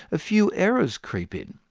a few errors creep in.